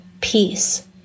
peace